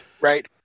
right